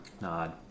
nod